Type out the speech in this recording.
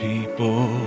People